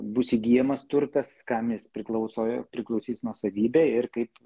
bus įgyjamas turtas kam jis priklauso ir priklausys nuosavybė ir kaip